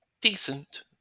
decent